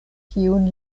kiun